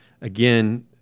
again